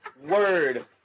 word